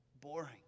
boring